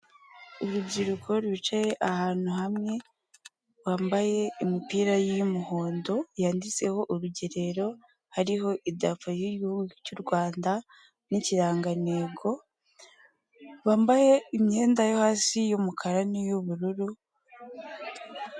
Urubyiruko rwicaye ahantu hamwe, bambaye imipira y'umuhondo yanditseho urugerero, hariho idarapo ry'igihugu cy'u Rwanda n'ikirangantego, bambaye imyenda yo hasi y'umukara n'iy'ubururu.